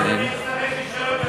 עוד מעט נצטרך רישיון,